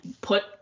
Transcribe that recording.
put